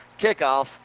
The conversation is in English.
kickoff